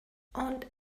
und